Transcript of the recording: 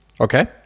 Okay